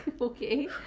Okay